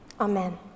Amen